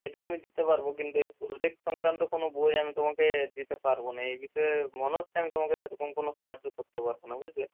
সেটা আমি দিতে পারবো কিন্তু এই প্রোজেক্ট সংক্রান্ত কোনো বই আমি তোমাকে দিতে পারবো না এই বিষয়ে মনে হচ্ছে আমি তোমাকে সেরকম কোনো সাহায্য করতে পারবো না বুঝলে